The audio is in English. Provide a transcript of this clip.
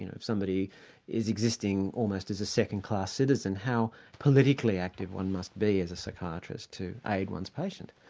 you know if somebody is existing almost as a second-class citizen, how politically active one must be as a psychiatrist to aid one's patient.